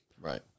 Right